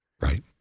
right